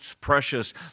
precious